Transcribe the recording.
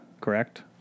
correct